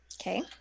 Okay